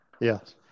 Yes